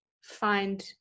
find